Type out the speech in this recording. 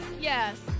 yes